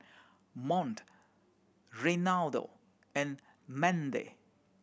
Mont Reynaldo and Mandie